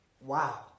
Wow